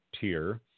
tier